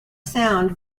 sound